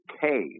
cave